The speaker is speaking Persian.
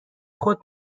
خود